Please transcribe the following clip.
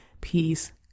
peace